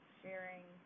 sharing